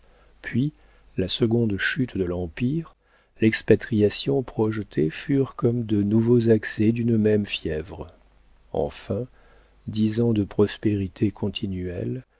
puis la seconde chute de l'empire l'expatriation projetée furent comme de nouveaux accès d'une même fièvre enfin dix ans de prospérités continuelles